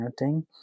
Parenting